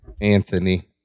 Anthony